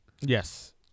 Yes